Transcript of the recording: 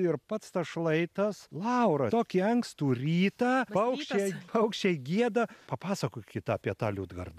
ir pats tas šlaitas laura tokį ankstų rytą paukščiai paukščiai gieda papasakokit apie tą liudgardą